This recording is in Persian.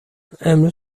امروز